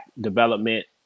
development